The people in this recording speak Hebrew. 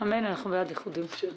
אין אושר.